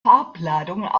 farbladung